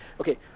Okay